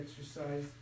exercise